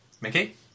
Mickey